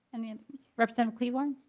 i mean representative klevorn